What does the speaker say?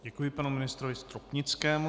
Děkuji panu ministru Stropnickému.